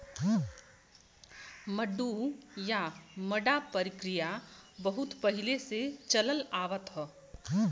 मड्डू या मड्डा परकिरिया बहुत पहिले से चलल आवत ह